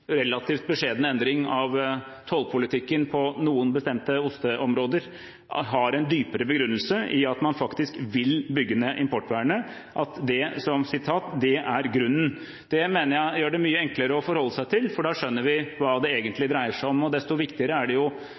relativt beskjedne endring av tollpolitikken på noen bestemte osteområder har en dypere begrunnelse, at man faktisk vil bygge ned importvernet: «Det er altså grunnen», som representanten Woldseth sa. Det mener jeg gjør det mye enklere å forholde seg til, for da skjønner vi hva det egentlig dreier seg om. Desto viktigere er det